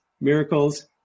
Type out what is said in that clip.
miracles